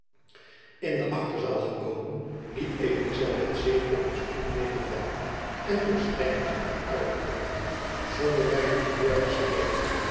in de achterzaal gekomen liet elizabeth zich op een stoel nedervallen en door stijntjen uitkleeden zonder byna een woord te spreken